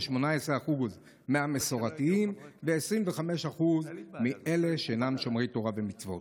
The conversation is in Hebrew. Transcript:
18% מהמסורתיים ו-25% מאלה שאינם שומרי תורה ומצוות.